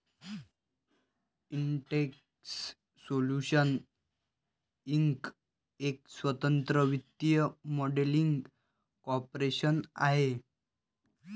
Intex Solutions Inc एक स्वतंत्र वित्तीय मॉडेलिंग कॉर्पोरेशन आहे